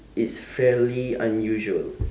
is fairly unusual